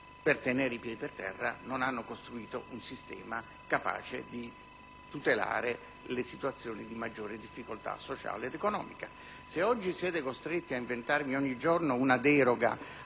per tenere i piedi per terra, non hanno costruito un sistema capace di tutelare le situazioni di maggiore difficoltà sociale ed economica. Se oggi siete costretti a inventarvi ogni giorno una deroga